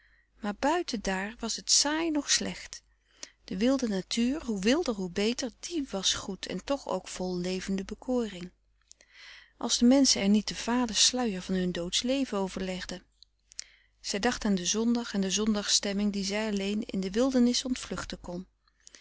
maar buiten daar was het saai noch slecht de wilde natuur hoe wilder hoe beter die was goed en toch ook vol levende bekoring als de menschen er niet de vale sluier van hun doodsch leven over legden zij dacht aan den zondag en de zondagstemming die zij alleen in de wildernis ontvluchten kon